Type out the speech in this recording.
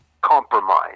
compromise